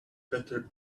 better